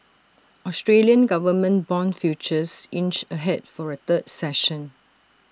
Australian government Bond futures inched ahead for A third session